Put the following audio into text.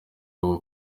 rwo